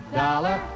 dollar